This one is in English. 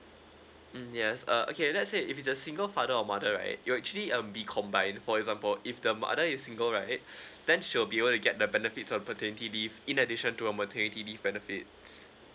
mm yes uh okay lets say if it's a single father or mother right it'll actually um be combined for example if the mother is single right then she'll be able to get the benefits of paternity leave in addition to her maternity leave benefits